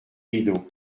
rideaux